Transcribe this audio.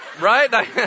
right